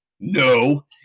no